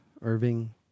Irving